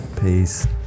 Peace